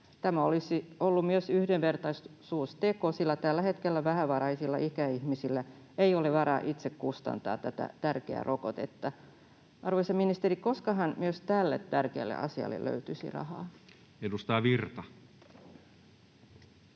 Tämä olisi ollut myös yhdenvertaisuusteko, sillä tällä hetkellä vähävaraisilla ikäihmisillä ei ole varaa itse kustantaa tätä tärkeää rokotetta. Arvoisa ministeri, koskahan myös tälle tärkeälle asialle löytyisi rahaa? [Speech 168]